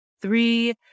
three